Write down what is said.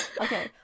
Okay